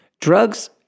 Drugs